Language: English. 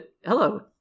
Hello